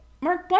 mark